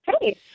Hey